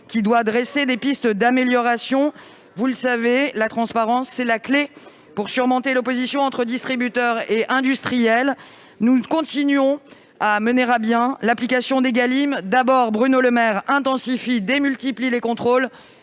qui doit proposer des pistes d'amélioration. Vous le savez, la transparence est la clé pour surmonter l'opposition entre distributeurs et industriels. Nous continuons à mener à bien l'application de la loi Égalim. Bruno Le Maire intensifie et démultiplie les contrôles